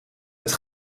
het